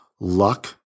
luck